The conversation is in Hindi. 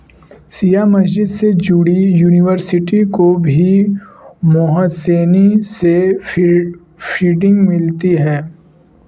सिया मस्जिद से जुड़ी यूनिवर्सिटी को भी मोहसेनी से फंडिंग मिलती है